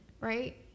right